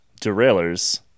derailers